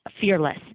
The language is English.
fearless